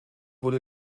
wurde